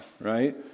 right